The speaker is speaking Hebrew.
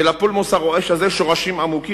ולפולמוס הרועש הזה שורשים עמוקים,